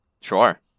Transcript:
Sure